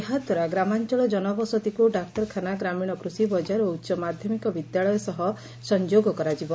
ଏହାଦ୍ୱାରା ଗ୍ରାମାଂଚଳ ଜନବସତିକୁ ଡାକ୍ତରଖାନା ଗ୍ରାମୀଶ କୃଷି ବଜାର ଓ ଉଚ ମାଧ୍ଧମିକ ବିଦ୍ୟାଳୟ ସହ ସଂଯୋଗ କରାଯିବ